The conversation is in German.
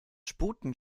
sputen